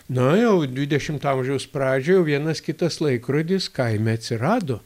na jau dvidešimto amžiaus pradžioj vienas kitas laikrodis kaime atsirado